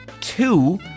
Two